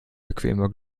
bequemer